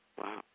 Wow